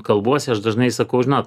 kalbuosi aš dažnai sakau žinot